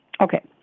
Okay